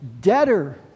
debtor